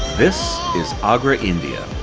this is agra, india,